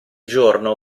giorno